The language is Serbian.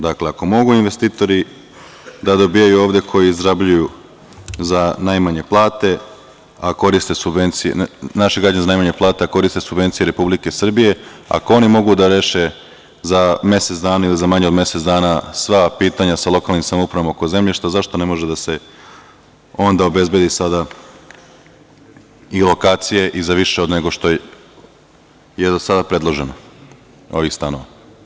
Dakle, ako mogu investitori da dobijaju ovde koji izrabljuju za najmanje plate, a koriste subvencije Republike Srbije, ako oni mogu da reše za mesec ili za manje od mesec dana sva pitanja sa lokalnim samoupravama oko zemljišta, zašto ne može onda obezbedi sada i lokacija i za više nego što je jednostavno predloženo, ovi stanova.